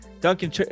Duncan